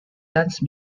dance